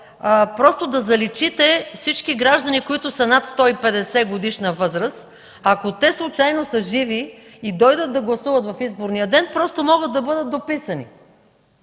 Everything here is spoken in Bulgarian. просто да заличите всички граждани, които са над 150-годишна възраст. Ако те случайно са живи и дойдат да гласуват в изборния ден, просто могат да бъдат дописани.